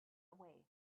away